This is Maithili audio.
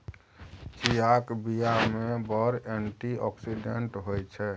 चीयाक बीया मे बड़ एंटी आक्सिडेंट होइ छै